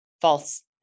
false